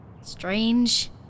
strange